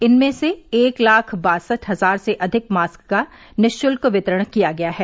इनमें से एक लाख बासठ हजार से अधिक मास्क का निःशुल्क वितरण किया गया है